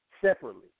separately